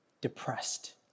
depressed